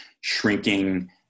shrinking